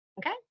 Okay